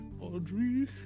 Audrey